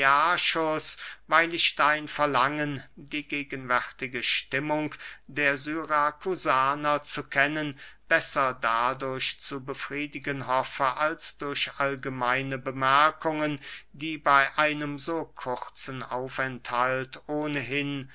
weil ich dein verlangen die gegenwärtige stimmung der syrakusaner zu kennen besser dadurch zu befriedigen hoffe als durch allgemeine bemerkungen die bey einem so kurzen aufenthalt ohnehin